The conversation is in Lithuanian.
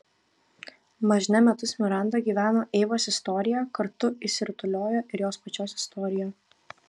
mažne metus miranda gyveno eivos istorija kartu išsirutuliojo ir jos pačios istorija